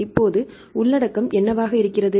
இப்போது உள்ளடக்கம் என்னவாக இருக்கிறது